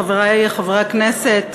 חברי חברי הכנסת,